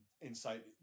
insight